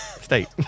State